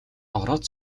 ороод